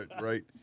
right